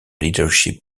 leadership